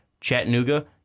Chattanooga